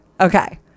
Okay